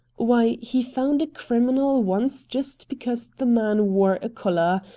why, he found a criminal once just because the man wore a collar.